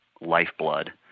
lifeblood